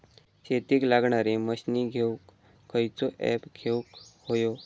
शेतीक लागणारे मशीनी घेवक खयचो ऍप घेवक होयो?